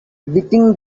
within